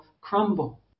crumble